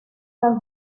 las